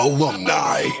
Alumni